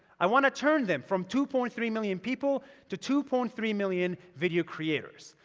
i want to turn them from two point three million people to two point three million video creators.